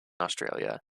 australia